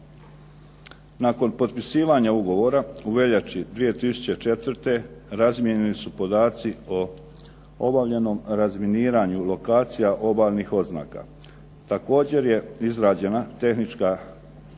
Nakon potpisivanja ugovora u veljači 2004. razmijenjeni su podaci o obavljenom razminiranju lokacija obavljenih oznaka, također je izrađena tehnička